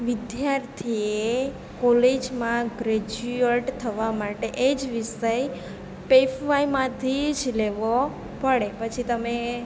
વિદ્યાર્થીએ કોલેજમાં ગ્રેજ્યુએટ થવા માટે એ જ વિષય એફવાયમાંથી જ લેવો પડે પછી તમે